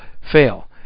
fail